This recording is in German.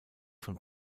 von